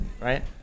right